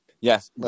Yes